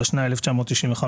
התשנ"א-1995,